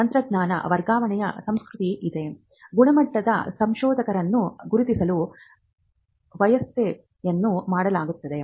ತಂತ್ರಜ್ಞಾನ ವರ್ಗಾವಣೆಯ ಸಂಸ್ಕೃತಿ ಇದ್ದರೆ ಗುಣಮಟ್ಟದ ಸಂಶೋಧನೆಯನ್ನು ಗುರುತಿಸಲು ವ್ಯವಸ್ಥೆಯನ್ನು ಮಾಡಲಾಗುತ್ತದೆ